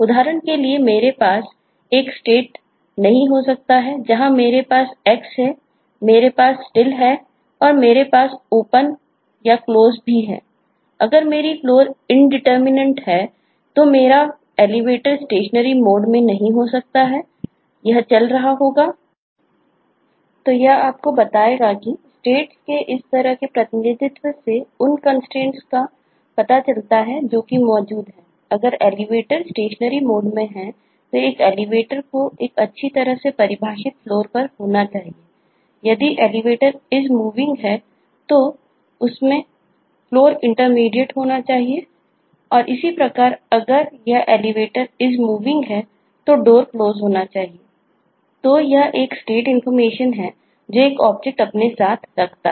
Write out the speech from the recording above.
उदाहरण के लिए मेरे पास एक स्टेट अपने साथ रखता है